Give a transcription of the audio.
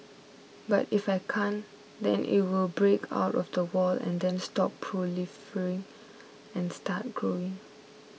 but if I can't then it will break out of the wall and then stop proliferating and start growing